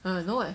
err no leh